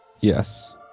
Yes